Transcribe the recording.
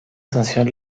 sanción